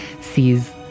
sees